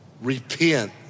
repent